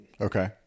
Okay